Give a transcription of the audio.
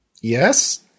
yes